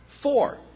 Four